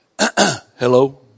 Hello